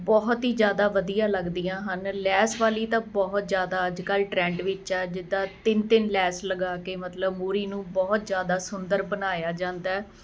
ਬਹੁਤ ਹੀ ਜ਼ਿਆਦਾ ਵਧੀਆ ਲੱਗਦੀਆਂ ਹਨ ਲੈਸ ਵਾਲੀ ਤਾਂ ਬਹੁਤ ਜ਼ਿਆਦਾ ਅੱਜ ਕੱਲ੍ਹ ਟਰੈਂਡ ਵਿੱਚ ਆ ਜਿੱਦਾਂ ਤਿੰਨ ਤਿੰਨ ਲੈਸ ਲਗਾ ਕੇ ਮਤਲਬ ਮੋਰੀ ਨੂੰ ਬਹੁਤ ਜ਼ਿਆਦਾ ਸੁੰਦਰ ਬਣਾਇਆ ਜਾਂਦਾ